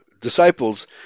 disciples